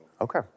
okay